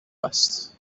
است